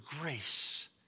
grace